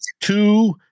two